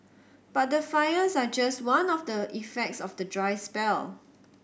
but the fires are just one of the effects of the dry spell